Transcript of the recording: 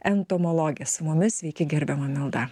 entomologė su mumis sveiki gerbiama milda